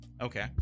Okay